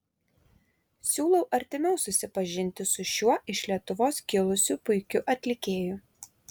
siūlau artimiau susipažinti su šiuo iš lietuvos kilusiu puikiu atlikėju